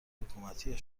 حکومتی